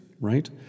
right